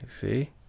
see